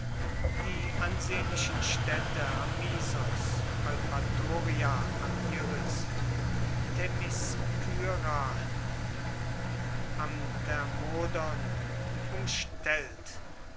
die ansehnlichen städte amisos eupatoria am iris themiskyra am thermodon umstellt